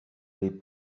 les